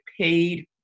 paid